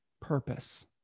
purpose